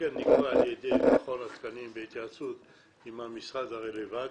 התקן נקבע על ידי מכון התקנים בהתייעצות עם המשרד הרלוונטי.